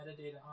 metadata